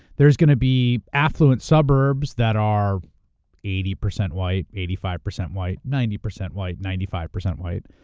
there's gonna be affluent suburbs that are eighty percent white, eighty five percent white, ninety percent white, ninety five percent white,